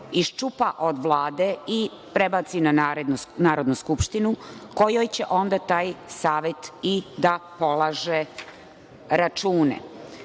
iščupa od Vlade i prebaci na Narodnu skupštinu kojoj će onda taj savet i da polaže račune.